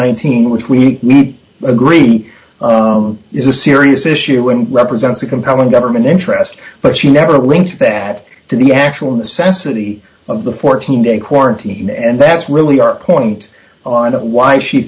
nineteen which we agree is a serious issue and represents a compelling government interest but she never linked that to the actual necessity of the fourteen day quarantine and that's really our point on why she